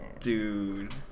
Dude